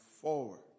forward